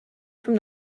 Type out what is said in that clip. from